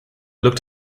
looked